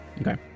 Okay